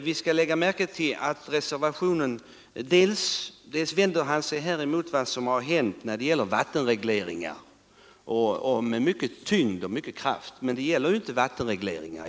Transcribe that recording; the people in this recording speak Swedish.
Vi bör lägga märke till att han här med stor tyngd och kraft vänder sig mot vad som har hänt när det gäller vattenregleringar — men ärendet i dag handlar ju inte om vattenregleringar.